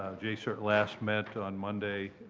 j-cert last met on monday,